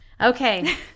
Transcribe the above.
okay